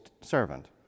servant